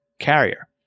carrier